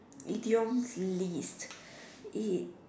idioms list